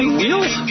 wheels